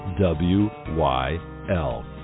W-Y-L